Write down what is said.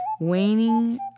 Waning